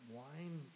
wine